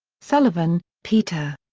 sullivan, peter.